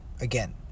again